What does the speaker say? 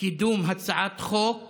קידום הצעת חוק